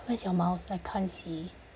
where's your mouse I can't see